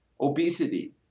Obesity